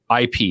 IP